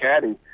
caddy